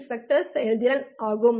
எனவே ஸ்பெக்ட்ரல் செயல்திறன் சுடும்